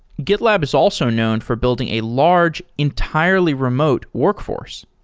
getlab is also known for building a large, entirely remote workforce.